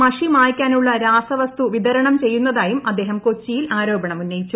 മഷി മായ്ക്കാനുള്ള സാമഗ്രികൾ വിതരണ്ട് ച്ചയ്യുന്നതായും അദ്ദേഹം കൊച്ചിയിൽ ആരോപണം ഉന്നയിച്ചു